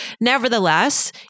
Nevertheless